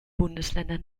bundesländer